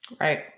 Right